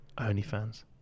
OnlyFans